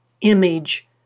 image